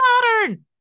pattern